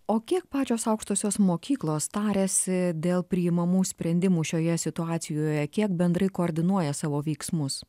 o kiek pačios aukštosios mokyklos tariasi dėl priimamų sprendimų šioje situacijoje kiek bendrai koordinuoja savo veiksmus